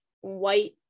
white